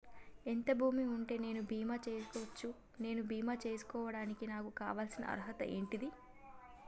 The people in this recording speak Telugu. ఎంత భూమి ఉంటే నేను బీమా చేసుకోవచ్చు? నేను బీమా చేసుకోవడానికి నాకు కావాల్సిన అర్హత ఏంటిది?